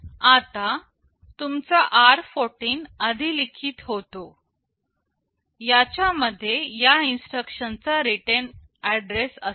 आता तुमचा r14 अधिलिखित होतो याच्या मध्ये या इन्स्ट्रक्शनचा रिटर्न ऍड्रेस असेल